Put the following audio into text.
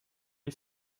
est